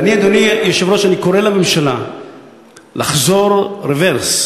ואני, אדוני היושב-ראש, קורא לממשלה לעשות רוורס